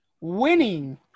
winning